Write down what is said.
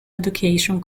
education